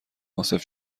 عاصف